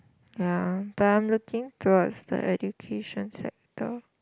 ya but I'm looking towards the education sector